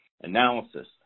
analysis